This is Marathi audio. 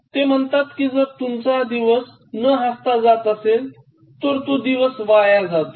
ते म्हणतात कि जर तुमचा दिवस न हासता जात असेल तर तो दिवस वाया जातो